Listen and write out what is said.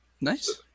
nice